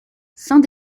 saint